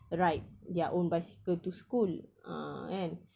ride their own bicycle to school ah kan